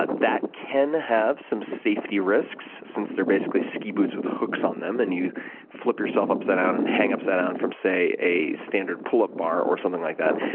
ah that can have some safety risks, since they're basically ski boots with hooks on them and you flip yourself upside down and hang upside down, from, say, a standard pull up bar or something like that.